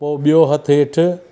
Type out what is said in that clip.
पोइ ॿियो हथ हेठि